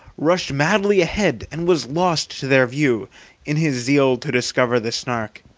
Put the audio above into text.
rushed madly ahead and was lost to their view in his zeal to discover the snark